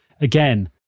again